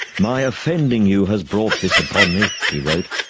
my offending you has brought this upon me he wrote.